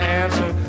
answer